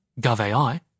GovAI